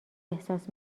احساس